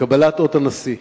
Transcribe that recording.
לקבל את אות הנשיא.